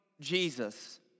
Jesus